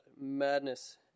madness